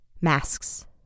masks